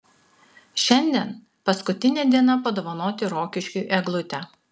šiandien paskutinė diena padovanoti rokiškiui eglutę